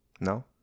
No